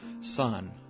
son